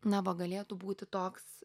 na va galėtų būti toks